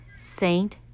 Saint